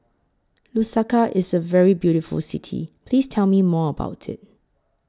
Lusaka IS A very beautiful City Please Tell Me More about IT